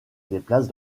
déplace